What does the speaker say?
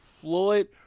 Floyd